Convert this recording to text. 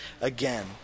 again